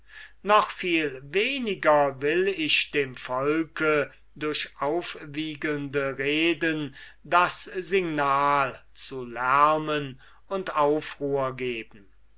noch viel weniger will ich dem volk durch aufwiegelnde reden das signal zu lärmen und aufruhr geben